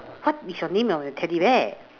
what is your name of your teddy bear